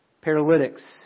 paralytics